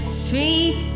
sweet